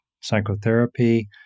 psychotherapy